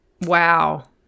wow